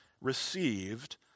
received